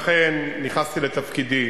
לכן, נכנסתי לתפקידי